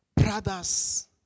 brothers